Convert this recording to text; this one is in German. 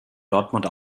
dortmund